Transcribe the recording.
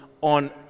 on